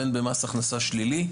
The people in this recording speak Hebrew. בין במס הכנסה שלילי,